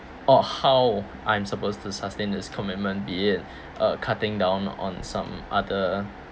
or how I'm supposed to sustain this commitment be it uh cutting down on some other